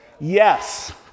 Yes